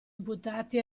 imputati